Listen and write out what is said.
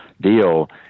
deal